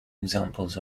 examples